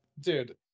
dude